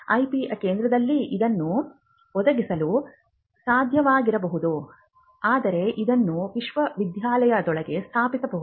IP ಕೇಂದ್ರಗಳಿಗೆ ಇದನ್ನು ಒದಗಿಸಲು ಸಾಧ್ಯವಾಗದಿರಬಹುದು ಆದರೆ ಇದನ್ನು ವಿಶ್ವವಿದ್ಯಾಲಯದೊಳಗೆ ಸ್ಥಾಪಿಸಬಹುದು